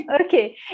Okay